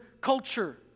culture